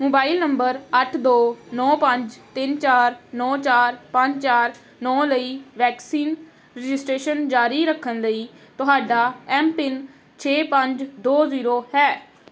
mobile number ਅੱਠ ਦੋ ਨੌ ਪੰਜ ਤਿੰਨ ਚਾਰ ਨੌ ਚਾਰ ਪੰਜ ਚਾਰ ਨੌ ਲਈ ਵੈਕਸੀਨ ਰਜਿਸਟ੍ਰੇਸ਼ਨ ਜਾਰੀ ਰੱਖਣ ਲਈ ਤੁਹਾਡਾ ਐਮਪਿੰਨ ਛੇ ਪੰਜ ਦੋ ਜ਼ੀਰੋ ਹੈ